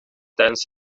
tijdens